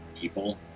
people